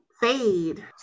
fade